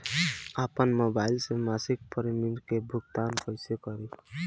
आपन मोबाइल से मसिक प्रिमियम के भुगतान कइसे करि?